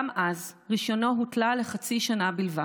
גם אז רישיונו הותלה לחצי שנה בלבד.